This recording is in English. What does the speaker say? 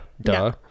Duh